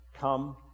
come